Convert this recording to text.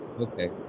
Okay